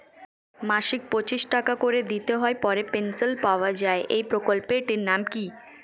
মাসিক পঁচিশ টাকা করে দিতে হয় পরে পেনশন পাওয়া যায় এই প্রকল্পে টির নাম কি?